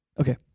Okay